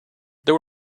there